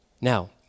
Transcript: Now